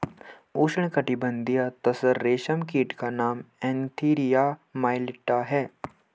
उष्णकटिबंधीय तसर रेशम कीट का नाम एन्थीरिया माइलिट्टा है